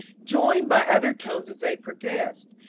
joined by other tones as they progressed,